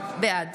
בעד